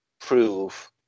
prove